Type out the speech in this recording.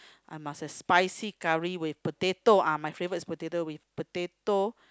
I must have spicy curry with potato ah my favourite is potato with potato